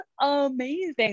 amazing